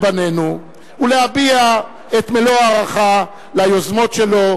בנינו ולהביע את מלוא הערכה ליוזמות שלו,